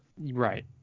Right